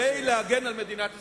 כדי להגן על מדינת ישראל.